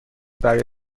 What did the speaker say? برای